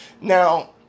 Now